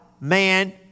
man